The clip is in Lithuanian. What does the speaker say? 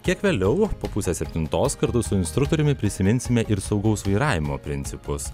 kiek vėliau po pusės septintos kartu su instruktoriumi prisiminsime ir saugaus vairavimo principus